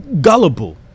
gullible